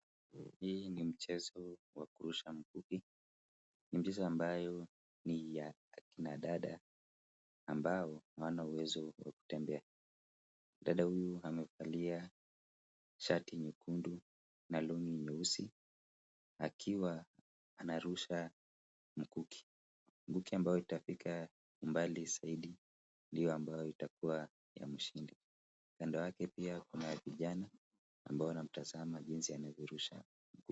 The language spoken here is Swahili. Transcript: Hii ni mchezo wa kurusha mkuki. Ni mchezo ambayo ni ya akina dada ambao, hawana uwezo wa kutembea. Dada huyu amevalia shati nyekundu na long'i nyeusi, akiwa anarusha mkuki. Mkuki ambayo itafika mbali zaidi ndiyo ambayo itakuwa ya mshindi. Kando yake pia kuna vijana, ambao wanamtazama jinsi anavyorusha.